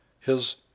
His